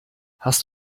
hast